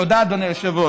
תודה, אדוני היושב-ראש.